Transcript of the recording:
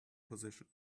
position